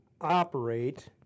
operate